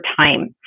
time